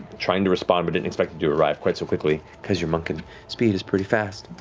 trying to respond, but didn't expect you to arrive quite so quickly because your monk and speed is pretty fast.